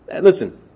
Listen